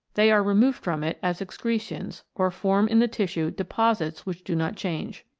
they are removed from it as excretions, or form in the tissue deposits which do not change.